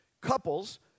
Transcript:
couples